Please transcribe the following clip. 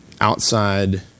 outside